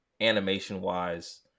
animation-wise